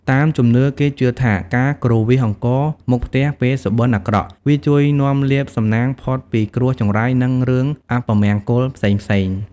តាមជំនឿគេជឿថាការគ្រវាសអង្ករមុខផ្ទះពេលសុបិនអាក្រក់ វាជួយនាំលាភសំណាង ផុតពីគ្រោះចង្រៃ និងរឿងអពមង្គលផ្សេងៗ។